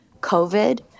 COVID